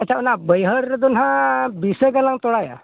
ᱟᱪᱪᱷᱟ ᱚᱱᱟ ᱵᱟᱹᱭᱦᱟᱹᱲ ᱨᱮᱫᱚ ᱱᱟᱦᱟᱜ ᱵᱤᱥᱟᱹ ᱫᱚᱞᱟᱝ ᱛᱚᱞᱟᱭᱟ